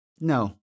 No